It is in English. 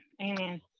amen